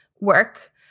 work